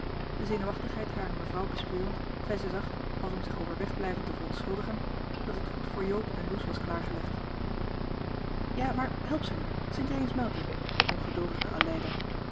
de zenuwachtigheid harer mevrouw bespeurend zei ze zacht als om zich over wegblijven te verontjohan de meester de zonde in het deftige dorp schuldigen dat het goed voor joop en loes was klaargelegd ja maar help ze nu schenk jij eens melk in ongeduldigde aleida